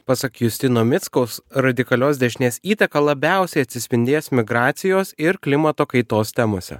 pasak justino mickaus radikalios dešinės įtaka labiausiai atsispindės migracijos ir klimato kaitos temose